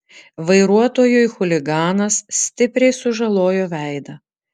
vairuotojui chuliganas stipriai sužalojo veidą